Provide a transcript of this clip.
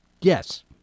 Yes